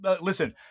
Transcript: Listen